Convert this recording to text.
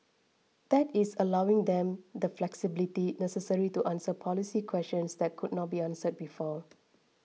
that is allowing them the flexibility necessary to answer policy questions that could not be answered before